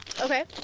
Okay